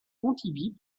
pontivy